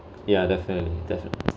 yeah definitely definitely